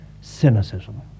cynicism